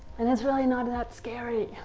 and it's really not that scary.